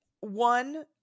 One